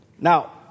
Now